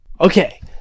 Okay